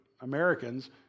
Americans